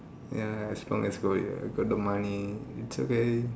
ya as long as got it uh got the money it's okay